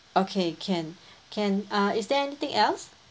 okay can can ah is there anything else